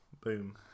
boom